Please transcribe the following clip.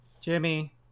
Jimmy